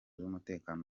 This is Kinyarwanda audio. z’umutekano